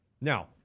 Now